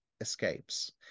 escapes